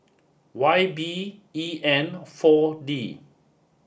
Y B E N four D